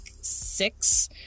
six